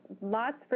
lots